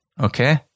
Okay